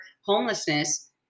homelessness